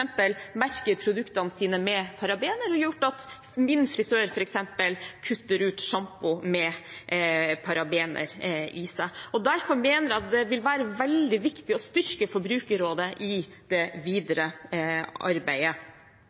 f.eks. merker produktene sine med parabener, noe som f.eks. har gjort at min frisør kutter ut sjampo som inneholder parabener. Derfor mener jeg at det vil være veldig viktig å styrke Forbrukerrådet i det videre arbeidet.